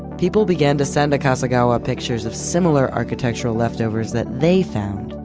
people began to send akasegawa pictures of similar architectural leftovers that they found,